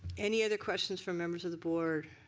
any other questions from members of the board.